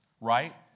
right